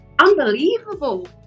unbelievable